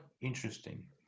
interesting